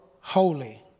holy